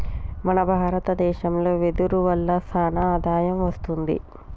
మన భారత దేశంలో వెదురు వల్ల సానా ఆదాయం వస్తుంది